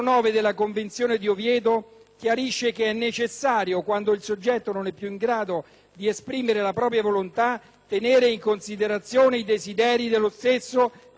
chiarisce che è necessario, quando il soggetto non è più in grado di esprimere la propria volontà, tenere in considerazione i desideri dallo stesso precedentemente espressi.